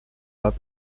pas